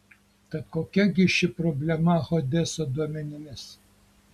tad kokia gi ši problema hodeso duomenimis